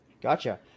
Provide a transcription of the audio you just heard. Gotcha